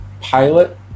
pilot